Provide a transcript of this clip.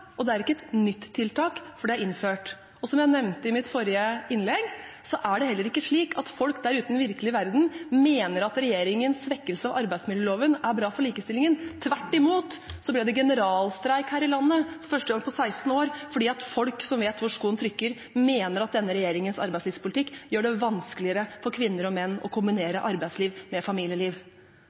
og det er ikke et nytt tiltak, for det er innført. Som jeg nevnte i mitt forrige innlegg, er det heller ikke slik at folk der ute i den virkelige verden mener at regjeringens svekkelse av arbeidsmiljøloven er bra for likestillingen. Tvert imot ble det generalstreik her i landet for første gang på 16 år fordi folk som vet hvor skoen trykker, mener at denne regjeringens arbeidslivspolitikk gjør det vanskeligere for kvinner og menn å kombinere arbeidsliv med familieliv.